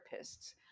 therapists